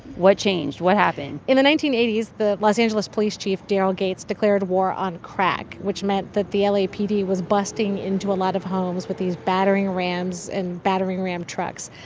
what changed? what happened? in the nineteen eighty s, the los angeles police chief daryl gates declared war on crack, which meant that the lapd was busting into a lot of homes with these battering rams and battering ram trucks.